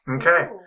Okay